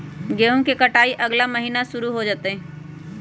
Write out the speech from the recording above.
गेहूं के कटाई अगला महीना शुरू हो जयतय